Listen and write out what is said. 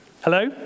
Hello